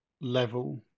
level